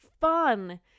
fun